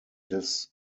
des